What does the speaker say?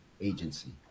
agency